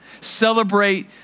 Celebrate